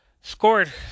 scored